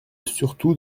surtout